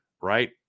Right